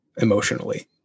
emotionally